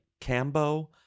Cambo